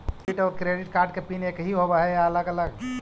Debit और credit card के pin एकही होव हइ या अलग अलग?